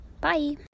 bye